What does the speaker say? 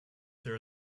there